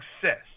success